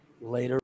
later